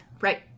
Right